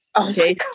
Okay